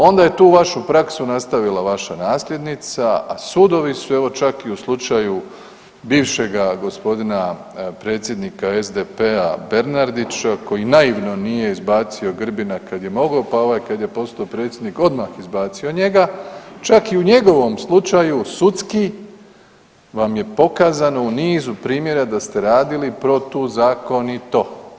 Onda je tu vašu praksu nastavila vaša nasljednica, a sudovi su evo čak i u slučaju bivšega gospodina predsjednika SDP-a Bernardića koji naivno nije izbacio Grbina kad je mogao pa ovaj kada je postao predsjednik odmah izbacio njega, čak i u njegovom slučaju sudski vam je pokazano u nizu primjera da ste radili protuzakonito.